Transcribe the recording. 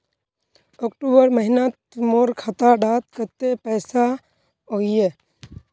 अक्टूबर महीनात मोर खाता डात कत्ते पैसा अहिये?